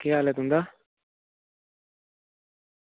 केह् हाल ऐ तुंदा